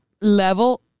level